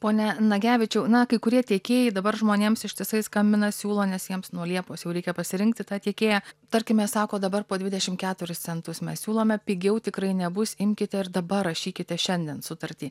pone nagevičiau na kai kurie tiekėjai dabar žmonėms ištisai skambina siūlo nes jiems nuo liepos jau reikia pasirinkti tą tiekėją tarkime sako dabar po dvidešim keturis centus mes siūlome pigiau tikrai nebus imkite ir dabar rašykitės šiandien sutartį